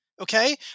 Okay